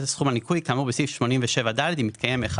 את סכום הניכוי כאמור בסעיף 87ד אם מתקיים אחד